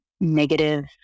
negative